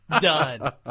Done